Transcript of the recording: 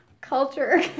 culture